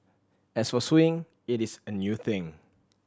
as for suing it is a new thing